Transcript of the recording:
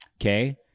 Okay